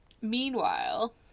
Meanwhile